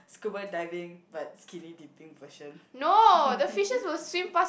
scuba diving but skinny dipping version